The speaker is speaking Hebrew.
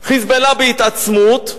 "חיזבאללה" בהתעצמות,